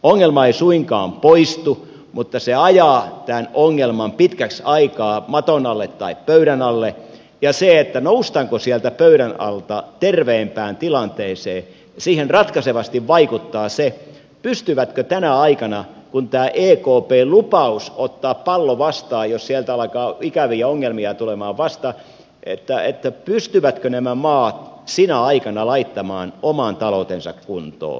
ongelma ei suinkaan poistu mutta se ajaa tämän ongelman pitkäksi aikaa maton alle tai pöydän alle ja siihen noustaanko sieltä pöydän alta terveempään tilanteeseen vaikuttaa ratkaisevasti se pystyvätkö nämä maat kun on tämä ekpn lupaus ottaa pallo vastaan jos sieltä alkaa ikäviä ongelmia tulla vastaan että että pystyvät enemmän maa sinä aikana laittamaan oman taloutensa kuntoon